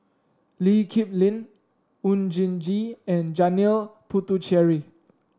Lee Kip Lin Oon Jin Gee and Janil Puthucheary